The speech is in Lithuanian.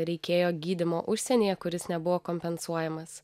reikėjo gydymo užsienyje kuris nebuvo kompensuojamas